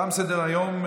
תם סדר-היום.